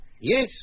Yes